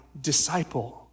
disciple